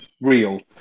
real